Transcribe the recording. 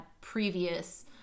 previous